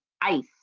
ICE